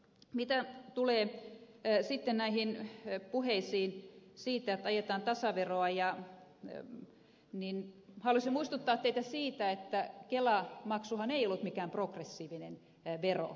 mitä tulee sitten näihin puheisiin siitä että ajetaan tasaveroa niin haluaisin muistuttaa teitä siitä että kelamaksuhan ei ollut mikään progressiivinen vero